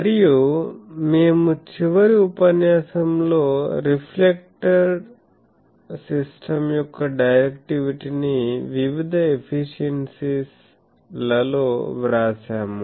మరియు మేము చివరి ఉపన్యాసంలో రిఫ్లెక్టర్ సిస్టమ్ యొక్క డైరెక్టివిటీని వివిధ ఎఫిషియెన్సీస్ లలో వ్రాసాము